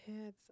Heads